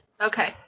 Okay